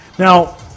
Now